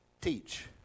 Teach